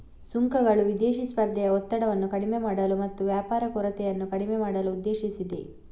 ಸುಂಕಗಳು ವಿದೇಶಿ ಸ್ಪರ್ಧೆಯ ಒತ್ತಡವನ್ನು ಕಡಿಮೆ ಮಾಡಲು ಮತ್ತು ವ್ಯಾಪಾರ ಕೊರತೆಯನ್ನು ಕಡಿಮೆ ಮಾಡಲು ಉದ್ದೇಶಿಸಿದೆ